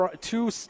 two